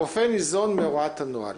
הרופא ניזון מהוראת הנוהל.